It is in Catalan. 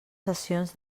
sessions